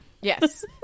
Yes